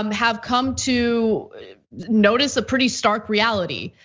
um have come to notice a pretty stark reality.